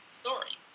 story